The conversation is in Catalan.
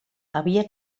havia